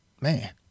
Man